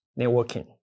networking